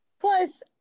Plus